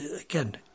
Again